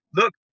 look